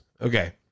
Okay